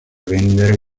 vendere